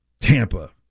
Tampa